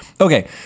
Okay